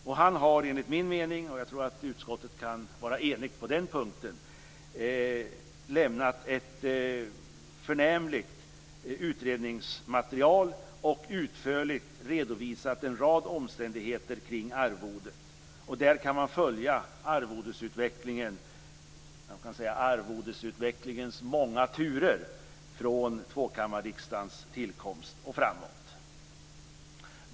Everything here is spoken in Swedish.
Denne har enligt min mening - jag tror att utskottet kan vara enigt på den punkten - lagt fram ett förnämligt utredningsmaterial och utförligt redovisat en rad omständigheter kring arvodet. Man kan där följa arvodesutvecklingens många turer sedan tvåkammarriksdagens tillkomst.